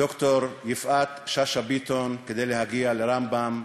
ד"ר יפעת שאשא ביטון, לרמב"ם.